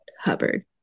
Hubbard